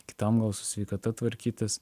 kitam gal su sveikata tvarkytis